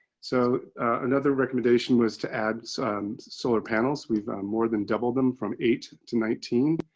so another recommendation was to add some and solar panels. we've more than doubled them from eight to nineteen